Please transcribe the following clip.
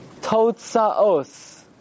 Totsa'os